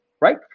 right